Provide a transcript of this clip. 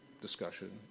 discussion